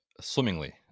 swimmingly